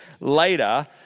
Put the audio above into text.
later